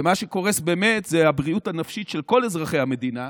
ומה שקורס באמת זה הבריאות הנפשית של כל אזרחי המדינה,